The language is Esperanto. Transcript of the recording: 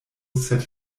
sed